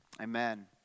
Amen